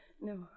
No